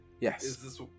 Yes